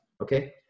Okay